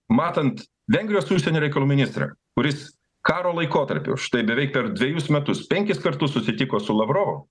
matant vengrijos užsienio reikalų ministrą kuris karo laikotarpiu štai beveik per dvejus metus penkis kartus susitiko su lavrovu